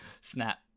Snap